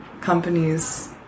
companies